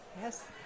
Yes